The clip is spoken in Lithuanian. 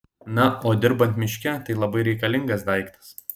na o dirbant miške tai labai reikalingas daiktas